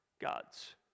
gods